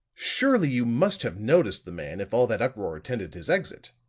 surely you must have noticed the man if all that uproar attended his exit.